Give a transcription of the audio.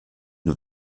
nur